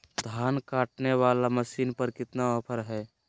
धान काटने वाला मसीन पर कितना ऑफर हाय?